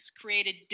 created